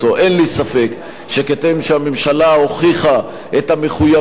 אין לי ספק שכשם שהממשלה הוכיחה את המחויבות